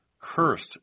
Cursed